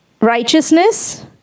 Righteousness